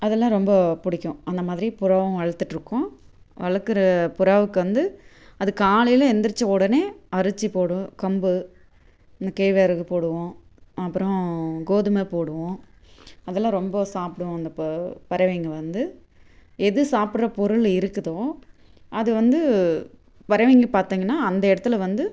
அதெல்லாம் ரொம்ப பிடிக்கும் அந்தமாதிரி புறாவும் வளர்த்துட்டு இருக்கோம் வளக்கிற புறாவுக்கு வந்து அது காலையில் எழுந்திரிச்ச உடனே அரிசி போடு கம்பு இந்த கேல்வரகு போடுவோம் அப்புறம் கோதுமை போடுவோம் அதெல்லாம் ரொம்ப சாப்பிடும் அந்த ப பறவைங்க வந்து எது சாப்பிட்ற பொருள் இருக்குதோ அது வந்து பறவைங்க பார்த்தீங்கனா அந்த இடத்துல வந்து